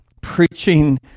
preaching